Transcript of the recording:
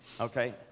Okay